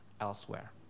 elsewhere